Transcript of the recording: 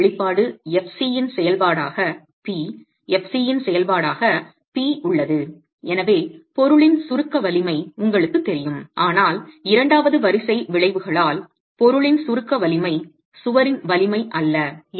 எனவே இறுதி வெளிப்பாடு fc இன் செயல்பாடாக P fc இன் செயல்பாடாக P உள்ளது எனவே பொருளின் சுருக்க வலிமை உங்களுக்குத் தெரியும் ஆனால் இரண்டாவது வரிசை விளைவுகளால் பொருளின் சுருக்க வலிமை சுவரின் வலிமை அல்ல